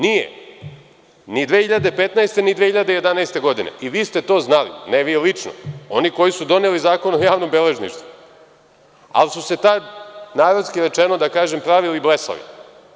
Nije ni 2015, ni 2011. godine i vi ste to znali, ne vi lično, oni koji su doneli Zakon o javnom beležništvu, ali su se tada, narodski rečeno da kažem, pravili blesavi.